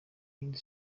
yindi